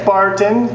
Barton